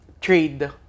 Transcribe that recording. trade